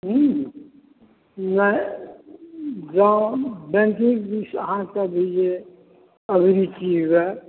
हुँ नहि जँ बैंकिंग दिश अहाँके बुझू जे अभिरुचि हुए